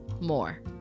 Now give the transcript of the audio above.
more